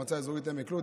מועצה אזורית עמק לוד,